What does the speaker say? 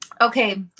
okay